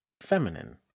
feminine